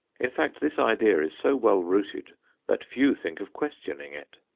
in fact, this idea is so well rooted that few think of questioning it.